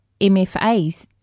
MFAs